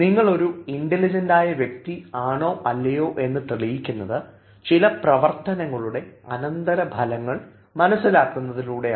നിങ്ങളൊരു ഇൻറലിജൻറ്റായ വ്യക്തി ആണോ അല്ലയോ എന്ന് തെളിയിക്കുന്നത് ചില പ്രവർത്തനങ്ങളുടെ അനന്തരഫലങ്ങൾ മനസ്സിലാക്കുന്നതിലൂടെയാണ്